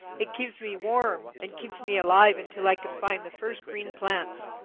it keeps me warm and keeps me alive until i can find the first green plants.